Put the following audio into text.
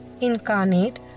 incarnate